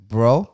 Bro